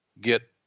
get